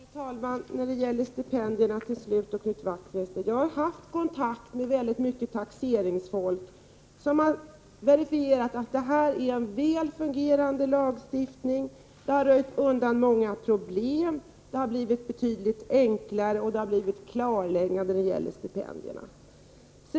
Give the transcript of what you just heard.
Nr 32 Fru talman! När det gäller stipendierna vill jag till slut säga till Knut Onsdagen den Wachtmeister att jag haft väldigt många kontakter med taxeringsfolk, som 21 november 1984 verifierat att detta är en väl fungerande lagstiftning; den har röjt undan många problem, det har blivit betydligt enklare, och lagstiftningen har Skattefrihet för medfört ett klarläggande när det gäller stipendierna.